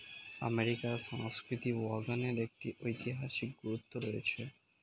আমেরিকার সংস্কৃতিতে ওয়াগনের একটি ঐতিহাসিক গুরুত্ব রয়েছে